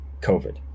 COVID